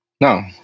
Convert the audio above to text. No